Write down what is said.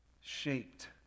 shaped